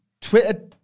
Twitter